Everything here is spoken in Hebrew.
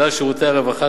כלל שירותי הרווחה,